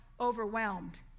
overwhelmed